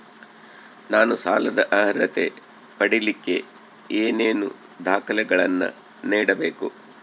ನಾನು ಸಾಲದ ಅರ್ಹತೆ ಪಡಿಲಿಕ್ಕೆ ಏನೇನು ದಾಖಲೆಗಳನ್ನ ನೇಡಬೇಕು?